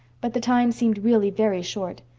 but the time seemed really very short.